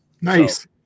nice